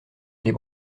les